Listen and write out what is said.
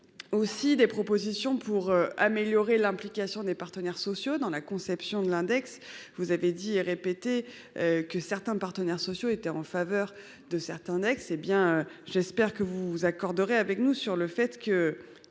Aussi des propositions pour améliorer l'implication des partenaires sociaux dans la conception de l'index, vous avez dit et répété que certains partenaires sociaux étaient en faveur de certains ex-hé bien j'espère que vous vous accorderez avec nous sur le fait que